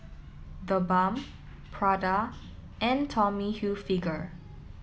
the Balm Prada and Tommy Hilfiger